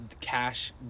cash